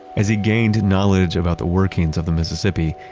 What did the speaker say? as he gained knowledge about the workings of the mississippi,